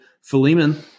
Philemon